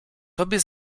tobie